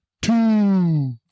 two